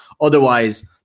otherwise